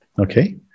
Okay